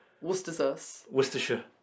Worcestershire